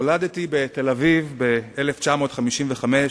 נולדתי בתל-אביב ב-1955,